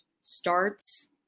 starts